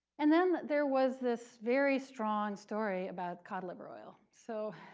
and then, there was this very strong story about cod liver oil. so